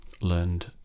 learned